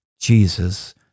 Jesus